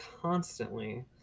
constantly